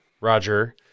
Roger